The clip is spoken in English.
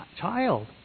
child